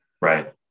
Right